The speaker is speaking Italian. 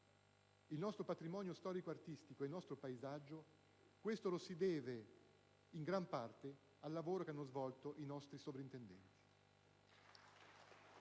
il nostro patrimonio storico-artistico e il nostro paesaggio, questo lo si deve in gran parte al lavoro che hanno svolto i nostri soprintendenti.